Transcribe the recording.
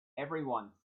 everyone